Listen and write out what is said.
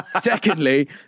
secondly